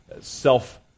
self